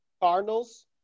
Cardinals